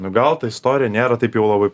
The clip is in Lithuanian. nu gal ta istorija nėra taip jau labai